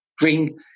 bring